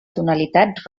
tonalitat